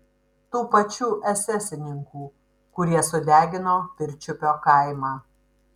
tų pačių esesininkų kurie sudegino pirčiupio kaimą